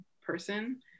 person